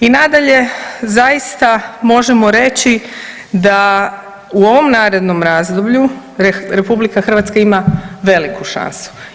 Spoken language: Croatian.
I nadalje, zaista možemo reći da u ovom narednom razdoblju RH ima veliku šansu.